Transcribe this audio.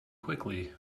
quickly